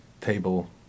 table